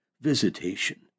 visitation